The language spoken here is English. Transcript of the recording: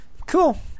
Cool